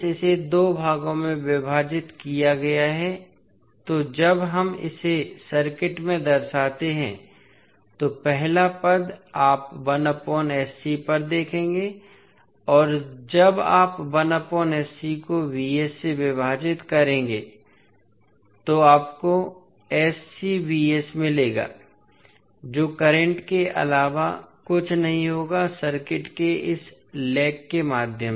इसे दो भागों में विभाजित किया गया है तो जब हम इसे सर्किट में दर्शाते हैं तो पहला पद आप पर देखेंगे और जब आप को से विभाजित करेंगे तो आपको मिलेगा जो करंट के अलावा कुछ नहीं होगा सर्किट के इस लेग के माध्यम से